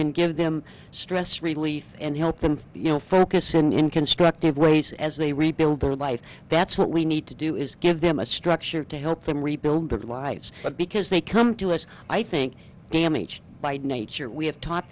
can give them stress relief and help them you know focusing in constructive ways as they rebuild their life that's what we need to do is give them a structure to help them rebuild their lives because they come to us i think damaged by nature we have taught